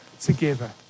together